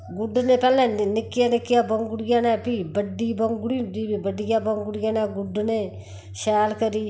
गुड्डने पैह्लैं निक्कियै निक्कियै बौंगड़ियै नै फ्ही बड्डी बौंगड़ी होंदी फ्ही बड्डियै बौंगड़ियै नै गुड्डने शैल करी